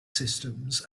systems